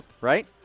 right